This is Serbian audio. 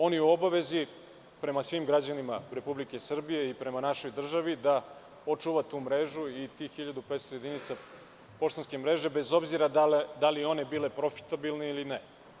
On je u obavezi prema svim građanima Republike Srbije i prema našoj državi da očuva tu mrežu i tih 1.500 jedinica poštanske mreže, bez obzira da li one bile profitabilne ili ne.